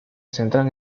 centran